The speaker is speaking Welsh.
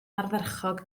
ardderchog